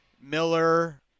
Miller